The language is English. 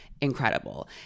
incredible